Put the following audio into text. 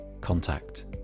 contact